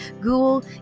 Google